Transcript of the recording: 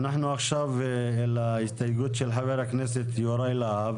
אנחנו עכשיו להסתייגות של חבר הכנסת יוראי להב.